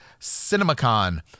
CinemaCon